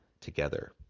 together